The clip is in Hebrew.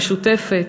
משותפת.